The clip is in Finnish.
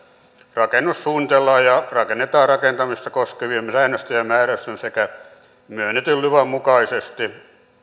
rakennus suunnitellaan ja rakennetaan rakentamista koskevien säännösten ja määräysten sekä myönnetyn luvan mukaisesti